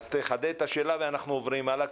אז תחדד את השאלה ונעבור הלאה,